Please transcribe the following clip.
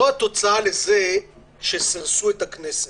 זאת התוצאה לכך שסירסו את הכנסת.